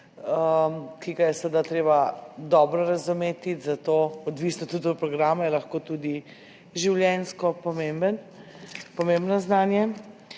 ki ga je seveda treba dobro razumeti, odvisno tudi od programa, je lahko tudi življenjsko pomembno znanje.